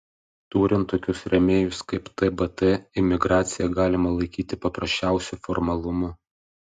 turint tokius rėmėjus kaip tbt imigraciją galima laikyti paprasčiausiu formalumu